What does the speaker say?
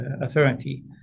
authority